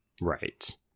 right